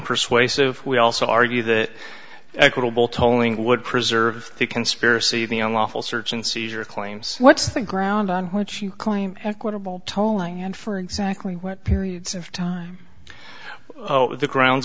unpersuasive we also argue that equitable tolling would preserve the conspiracy the a lawful search and seizure claims what's the ground on which you claim equitable tolling and for exactly what periods of time oh the grounds